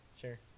Sure